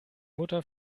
mutter